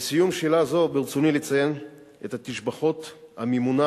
לסיום שאלה זו ברצוני לציין את התשבחות של הממונה